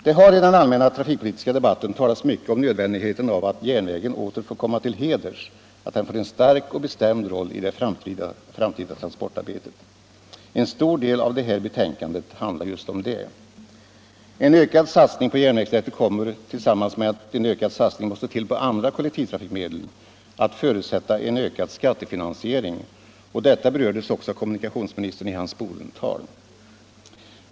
Det har i den allmänna trafikpolitiska debatten talats mycket om nödvändigheten av att järnvägen åter får komma till heders, att den får en stark och bestämd roll i det framtida transportarbetet. En stor del av dagens betänkande handlar just om detta. En ökad satsning på järnvägsnätet kommer, tillsammans med att en ökad satsning måste till på andra kollektivtrafikmedel, att förutsätta en ökad skattefinansiering. Detta berördes också av kommunikationsministern i hans Bodental.